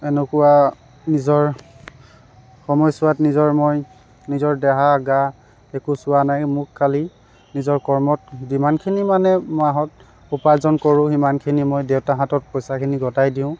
এনেকুৱা নিজৰ সময়ছোৱাত নিজৰ মই নিজৰ দেহা গা একো চোৱা নাই মোক খালী নিজৰ কৰ্মত যিমানখিনি মানে মাহত উপাৰ্জন কৰো সিমানখিনি মই দেউতাহঁতক পইচাখিনি গতাই দিওঁ